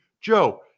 Joe